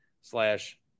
slash